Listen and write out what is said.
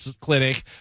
clinic